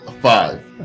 five